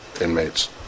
inmates